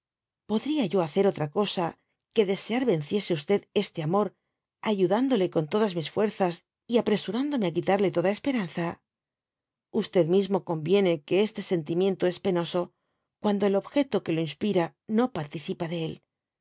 yo hacer otra cosa que desear venciese este amor ayudandole con todas mi fuerzas y apresuraodocne á quitarle toda esperanza mismo contiene que este sentimiento es penoso cuando el objeto que lo inspira no participa de él